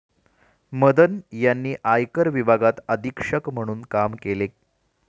मदन यांनी आयकर विभागात अधीक्षक म्हणून काम केले